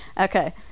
Okay